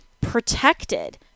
protected